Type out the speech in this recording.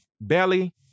Belly